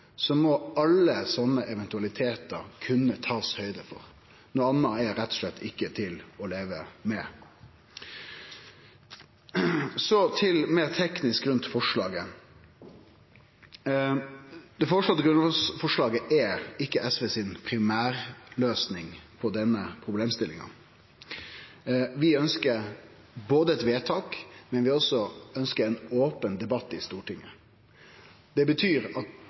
kunne ta høgd for alle slike eventualitetar. Noko anna er rett og slett ikkje til å leve med. Så til det meir tekniske rundt forslaget. Det føreslåtte grunnlovsforslaget er ikkje SVs primærløysing på denne problemstillinga. Vi ønskjer både eit vedtak og ein open debatt i Stortinget. Det betyr at